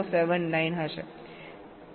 5079 છે